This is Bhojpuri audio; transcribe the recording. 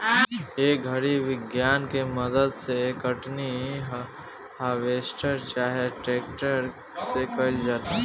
ए घड़ी विज्ञान के मदद से कटनी, हार्वेस्टर चाहे ट्रेक्टर से कईल जाता